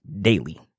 daily